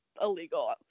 illegal